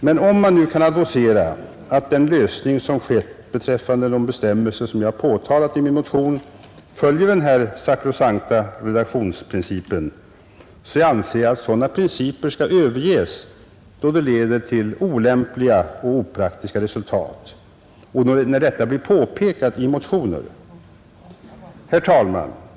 Men om man nu kan advocera att den lösning som skett beträffande de bestämmelser, som jag påtalat i min motion, följer den här sakrosankta redaktionsprincipen, anser jag att sådana principer skall överges då de leder till olämpliga och opraktiska resultat och när detta blir påpekat i motioner. Herr talman!